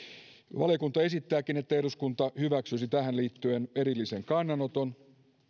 valiokunta esittääkin että eduskunta hyväksyisi tähän liittyen erillisen kannanoton